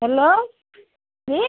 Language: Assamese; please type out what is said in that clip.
হেল্ল' কি